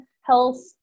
health